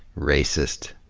racist.